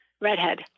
redhead